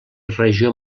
regió